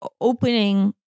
opening